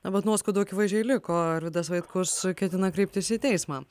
na bet nuoskaudų akivaizdžiai liko arvydas vaitkus ketina kreiptis į teismą